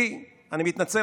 אני מתנצל,